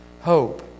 Hope